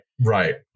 Right